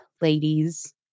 ladies